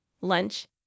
Lunch